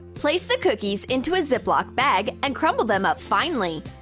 place the cookies into a ziploc bag. and crumble them up finely.